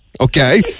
Okay